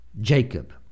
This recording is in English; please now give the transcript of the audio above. Jacob